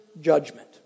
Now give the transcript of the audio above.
judgment